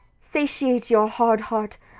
satiate your hard heart,